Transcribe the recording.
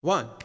One